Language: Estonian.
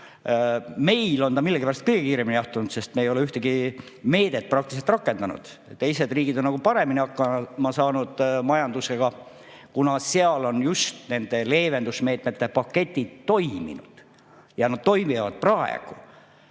Meil on majandus millegipärast kõige kiiremini jahtunud, sest me ei ole peaaegu ühtegi meedet rakendanud. Teised riigid on paremini hakkama saanud majandusega, kuna seal on just nende leevendusmeetmete paketid toiminud ja need toimivad praegu.